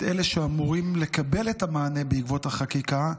אלה שאמורים לקבל את המענה בעקבות החקיקה,